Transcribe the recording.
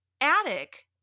attic